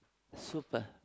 super